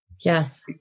Yes